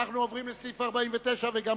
אנחנו ממשיכים בהצבעה, שכן